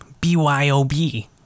BYOB